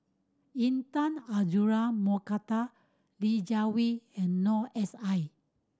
Intan Azura Mokhtar Li Jiawei and Noor S I